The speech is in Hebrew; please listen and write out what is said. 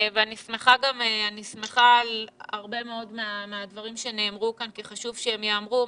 אני שמחה גם על הרבה מאוד מהדברים שנאמרו כאן כי חשוב שהם ייאמרו.